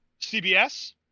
CBS